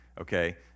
okay